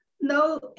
no